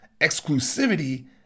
exclusivity